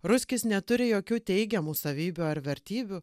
ruskis neturi jokių teigiamų savybių ar vertybių